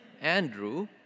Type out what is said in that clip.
Andrew